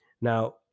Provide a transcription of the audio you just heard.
Now